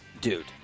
Dude